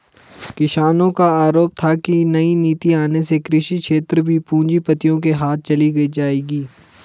किसानो का आरोप था की नई नीति आने से कृषि क्षेत्र भी पूँजीपतियो के हाथ चली जाएगी